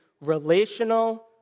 relational